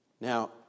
Now